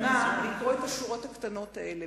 לקרוא את השורות הקטנות האלה.